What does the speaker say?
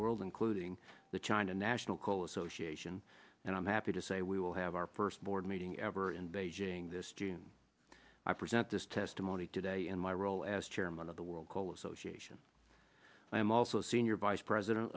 world including the china national cola so she asian and i'm happy to say we will have our first board meeting ever in beijing this june i present this testimony today in my role as chairman of the world coal association i am also senior vice president